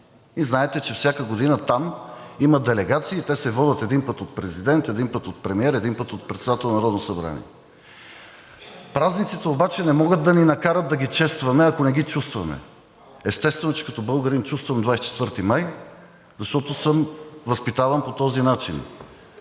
И знаете, че всяка година там има делегации и те се водят един път от президента, един път от премиера, един път от председателя на Народното събрание. Празниците обаче не могат да ни накарат да ги честваме, ако не ги чувстваме. Естествено, че като българин чувствам 24 май, защото съм възпитаван по този начин.